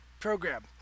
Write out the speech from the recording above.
program